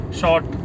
short